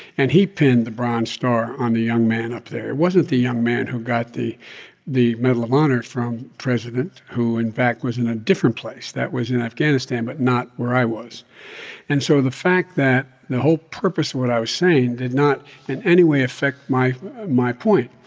and he pinned the bronze star on the young man up there. it wasn't the young man who got the the medal of honor from president who, in fact, was in a different place. that was in afghanistan, but not where i was and so the fact that the whole purpose of what i was saying did not in any way affect my my point.